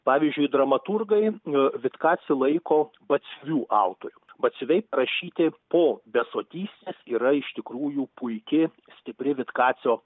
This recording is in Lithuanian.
pavyzdžiui dramaturgai e vitkacį laiko batsiuvių atorium batsiuviai parašyti po besotystės yra iš tikrųjų puiki stipri vitkacio